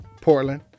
Portland